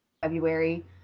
February